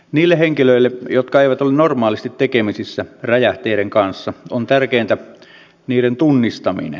niille henkilöille jotka eivät ole normaalisti tekemisissä räjähteiden kanssa on tärkeintä niiden tunnistaminen